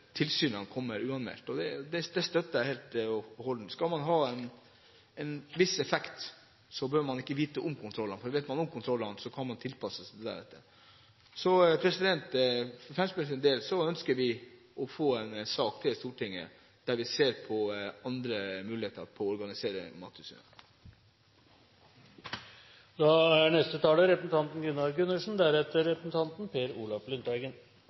jeg helt og holdent. Skal tilsynet ha en viss effekt, bør man ikke vite om kontrollene, for vet man om kontrollene, kan man tilpasse seg deretter. For Fremskrittspartiets del ønsker vi å få en sak til Stortinget der vi ser på andre muligheter å organisere